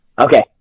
okay